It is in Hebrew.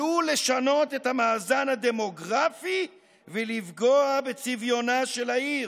עלול לשנות את המאזן הדמוגרפי ולפגוע בצביונה של העיר".